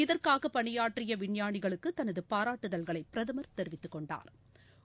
இதற்காகபணியாற்றியவிஞ்ஞானிகளுக்குதனதுபாராட்டுதல்களைபிரதமா் தெரிவித்துக் கொண்டாா்